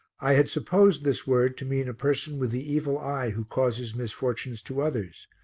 i had supposed this word to mean a person with the evil eye who causes misfortunes to others,